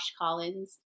Collins